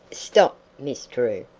stop, miss drew,